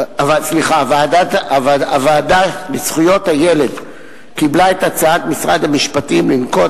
הוועדה לזכויות הילד קיבלה את הצעת משרד המשפטים לנקוט